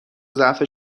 ضعف